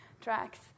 tracks